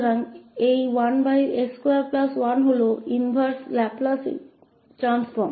तो इसका inverse Laplace रूपांतर 1s21